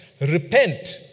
Repent